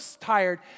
tired